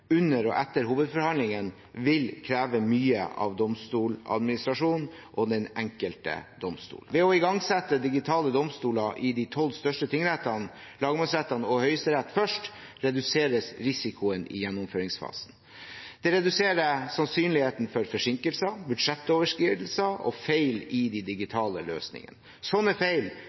under og etter hovedforhandlingen vil kreve mye av Domstoladministrasjonen og den enkelte domstol. Ved å igangsette Digitale domstoler i de tolv største tingrettene, lagmannsrettene og Høyesterett først reduseres risikoen i gjennomføringsfasen. Det reduserer sannsynligheten for forsinkelser, budsjettoverskridelser og feil i de digitale løsningene. Sånne feil